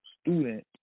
student